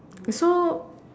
so